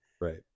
right